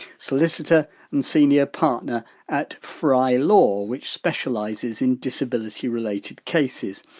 solicitor and senior partner at fry law, which specialises in disability related cases.